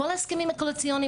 כל הזקנים וכל הצעירים,